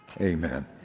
Amen